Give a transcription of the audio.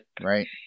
Right